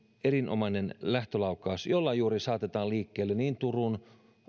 erinomainen lähtölaukaus jolla saatetaan liikkeelle niin turun